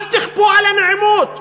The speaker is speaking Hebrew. אל תכפו עלינו עימות.